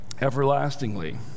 everlastingly